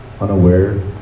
unaware